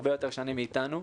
הרבה יותר שנים מאיתנו.